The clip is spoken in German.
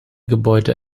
gebäude